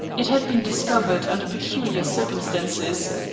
it had been discovered under peculiar circumstances.